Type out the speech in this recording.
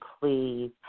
please